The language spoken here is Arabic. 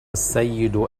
السيد